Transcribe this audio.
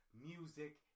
music